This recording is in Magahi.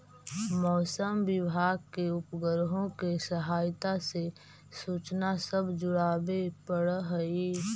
मौसम विभाग के उपग्रहों के सहायता से सूचना सब जुटाबे पड़ हई